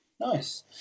Nice